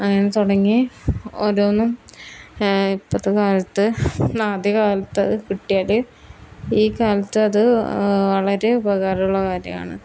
അങ്ങനെ തുടങ്ങി ഓരോന്നും ഇപ്പോഴത്തെ കാലത്ത് ആദ്യ കാലത്ത് കിട്ടിയാൽ ഈ കാലത്തത് വളരെ ഉപകാരമുള്ള കാര്യമാണ്